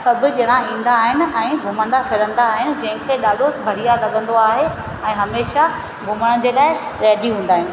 सभु ॼणा ईंदा आहिनि ऐं घुमंदा फिरंदा आहिनि जंहिंखे ॾाढो बढ़िया लॻंदो आहे ऐं हमेशह घुमण जे लाइ रेडी हूंदा आहिनि